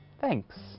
thanks